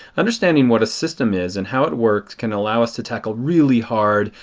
understanding what a system is and how it works can allow us to tackle really hard,